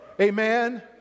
Amen